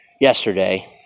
yesterday